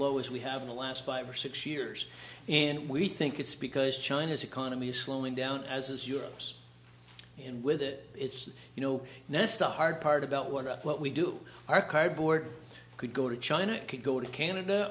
low as we have in the last five or six years and we think it's because china's economy is slowing down as is europe's and with it it's you know nest the hard part about what about what we do our cardboard could go to china could go to canada